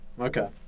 Okay